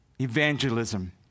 evangelism